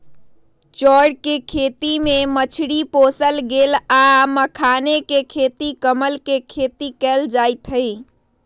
चौर कें खेती में मछरी पोशल गेल आ मखानाके खेती कमल के खेती कएल जाइत हइ